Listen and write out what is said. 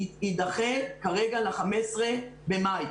יידחה כרגע ל-15 במאי.